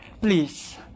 please